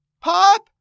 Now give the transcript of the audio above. Pop